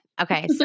Okay